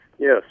Yes